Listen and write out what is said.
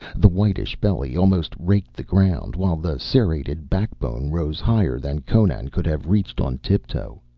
the whitish belly almost raked the ground, while the serrated back-bone rose higher than conan could have reached on tiptoe.